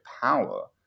power